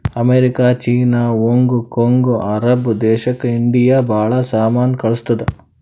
America, China, Hong Kong, Arab ದೇಶಕ್ India ಭಾಳ ಸಾಮಾನ್ ಕಳ್ಸುತ್ತುದ್